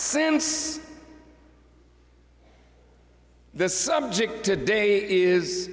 since this subject today is